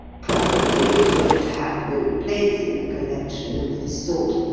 properly, it ought to have no place in a collection of this sort,